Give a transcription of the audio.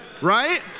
Right